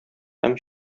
һәм